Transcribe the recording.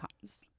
comes